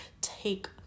take